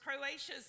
Croatia's